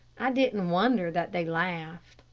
i didn't wonder that they laughed.